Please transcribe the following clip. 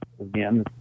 again